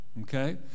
Okay